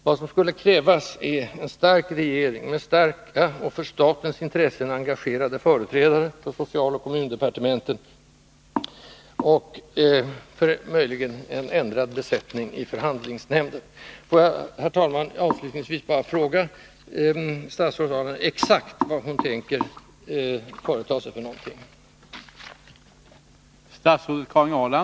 Det som skulle krävas är en stark regering med starka och för statens intressen engagerade företrädare från socialoch kommundepartementen och dessutom en ändrad besättning i förhandlingsnämnden. Får jag, herr talman, avslutningsvis bara fråga statsrådet Ahrland exakt Nr 69 vad hon tänker företa sig. Tisdagen den